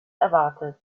erwartet